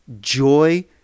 joy